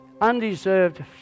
undeserved